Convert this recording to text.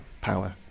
power